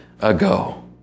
ago